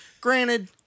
Granted